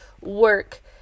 work